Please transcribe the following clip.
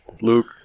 Luke